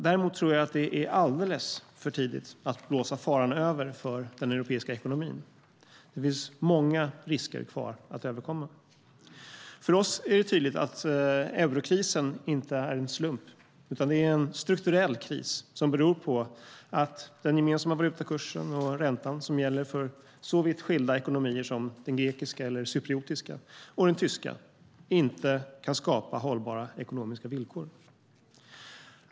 Däremot tror jag att det är alldeles för tidigt att blåsa faran över för den europeiska ekonomin. Det finns många risker kvar att överkomma. För oss är det tydligt att eurokrisen inte är en slump utan en strukturell kris som beror på att den gemensamma valutakursen och räntan som gäller för så vitt skilda ekonomier som den grekiska, den cypriotiska och den tyska inte kan skapa hållbara ekonomiska villkor.